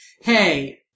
hey